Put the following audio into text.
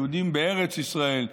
יהודים בארץ ישראל,